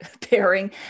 pairing